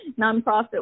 nonprofit